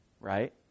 Right